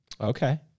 Okay